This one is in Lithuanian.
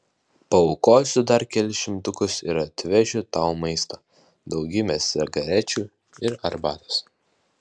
paaukosiu dar kelis šimtukus ir atvešiu tau maisto daugybę cigarečių ir arbatos